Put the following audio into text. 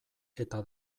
eta